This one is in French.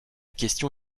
question